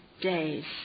days